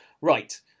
right